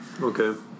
Okay